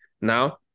Now